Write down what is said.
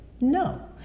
No